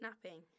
Snapping